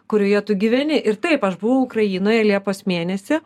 kurioje tu gyveni ir taip aš buvau ukrainoje liepos mėnesį